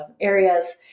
areas